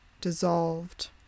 dissolved